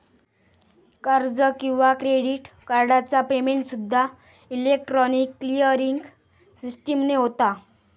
कर्ज किंवा क्रेडिट कार्डचा पेमेंटसूद्दा इलेक्ट्रॉनिक क्लिअरिंग सिस्टीमने होता